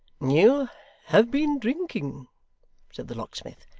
you have been drinking said the locksmith.